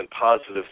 positive